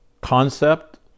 concept